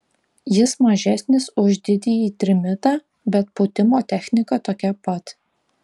jis mažesnis už didįjį trimitą bet pūtimo technika tokia pat